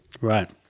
right